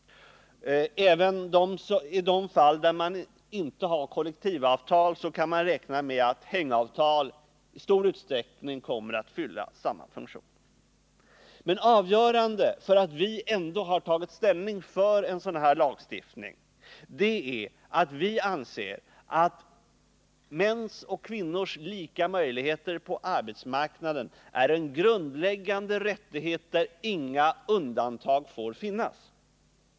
Även i de fall där man inte har kollektivavtal kan man räkna med att hängavtal i stor utsträckning kommer att fylla samma funktion. Men avgörande för att vi ändå har tagit ställning för en sådan här lagstiftning är att vi anser att mäns och kvinnors lika möjligheter på arbetsmarknaden är en grundläggande rättighet, där inga undantag får finnas.